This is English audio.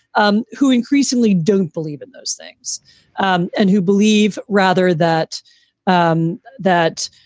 um who increasingly don't believe in those things um and who believe rather that um that,